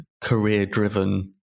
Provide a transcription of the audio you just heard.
career-driven